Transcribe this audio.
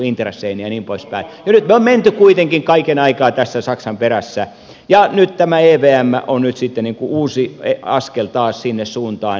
nyt me olemme menneet kuitenkin kaiken aikaa tässä saksan perässä ja nyt tämä evm on sitten taas uusi askel sinne suuntaan